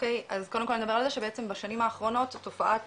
כל נדבר על זה שבעצם בשנים האחרונות תופעת